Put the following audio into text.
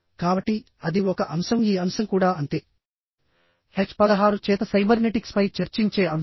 కాబట్టి అది ఒక అంశం ఈ అంశం కూడా అంతే హెచ్ 16 చేత సైబర్నెటిక్స్పై చర్చించే అంశం